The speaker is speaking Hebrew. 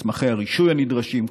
מסמכי הרישוי הנדרשים,